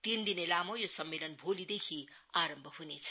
तीनदिने लामो यो सम्मेलन भोलिदेखि आरम्भ ह्नेछ